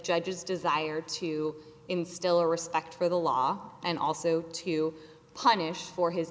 judge's desire to instill respect for the law and also to punish for his